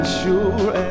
sure